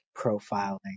profiling